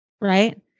Right